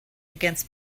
against